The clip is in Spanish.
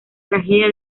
tragedia